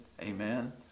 Amen